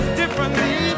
differently